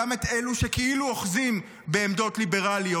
גם את אלו שכאילו אוחזים בעמדות ליברליות.